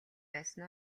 байсан